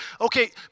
Okay